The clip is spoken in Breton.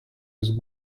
eus